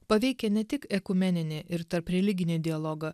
paveikia ne tik ekumeninį ir tarpreliginį dialogą